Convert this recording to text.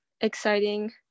exciting